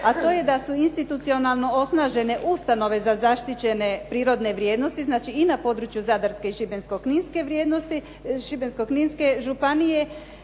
a to je da su institucionalno osnažene ustanove za zaštićene prirodne vrijednosti, znači i na području Zadarske i Šibensko-kninske županije,